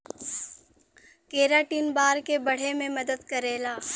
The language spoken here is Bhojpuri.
केराटिन बार के बढ़े में मदद करेला